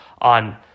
on